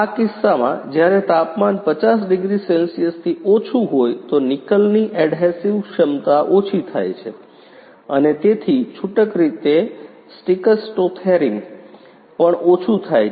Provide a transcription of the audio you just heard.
આ કિસ્સામાં જ્યારે તાપમાન 50 ડિગ્રી સેલ્સિયસથી ઓછું હોય તો નિકલની એડહેસિવ ક્ષમતા ઓછી થાય છે અને તેથી છૂટક રીતે સ્ટીકસ્ટો થેરિમ પણ ઓછું થાય છે